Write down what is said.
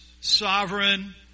sovereign